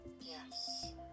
Yes